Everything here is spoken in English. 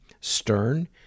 Stern